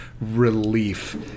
relief